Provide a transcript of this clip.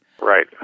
Right